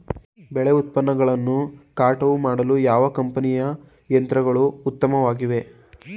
ಬೆಳೆ ಉತ್ಪನ್ನಗಳನ್ನು ಕಟಾವು ಮಾಡಲು ಯಾವ ಕಂಪನಿಯ ಯಂತ್ರಗಳು ಉತ್ತಮವಾಗಿವೆ?